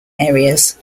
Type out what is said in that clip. areas